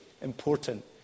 important